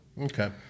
Okay